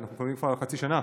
אנחנו מדברים כבר על חצי שנה,